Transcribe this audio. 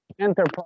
enterprise